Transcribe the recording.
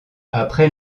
après